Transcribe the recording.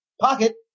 Pocket